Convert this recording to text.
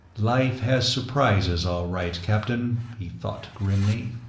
life has surprises, all right, captain, he thought grimly.